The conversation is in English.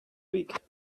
week